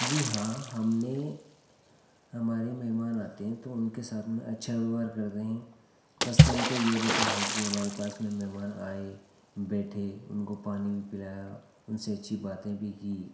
जी हाँ हमने हमारे मेहमान आते हैं तो उनके साथ में अच्छा व्यवहार करते हैं फ़र्स्ट टाइम तो ये रहता है कि हमारे पास में मेहमान आए बैठे उनको पानी भी पिलाया उनसे अच्छी बातें भी की